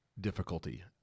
difficulty